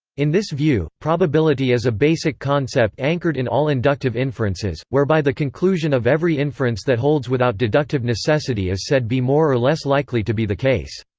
in this view, probability is a basic concept anchored in all inductive inferences, whereby the conclusion of every inference that holds without deductive necessity is said be more or less likely to be the case.